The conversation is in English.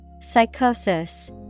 psychosis